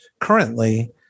currently